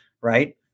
right